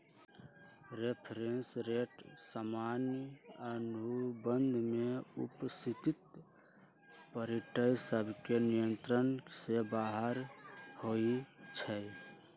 reference rate सामान्य अनुबंध में उपस्थित पार्टिय सभके नियंत्रण से बाहर होइ छइ